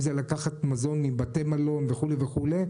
אם זה לקחת מזון מבתי מלון וכו' וכו',